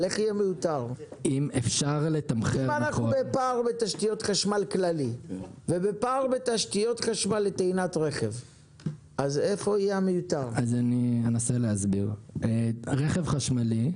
האם יש פתיחות לדבר או שזה סופי שב-1 בינואר אין יותר את ההטבה הזאת